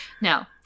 Now